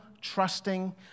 trusting